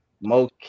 Mo